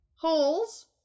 holes